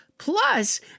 Plus